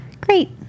Great